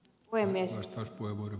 arvoisa puhemies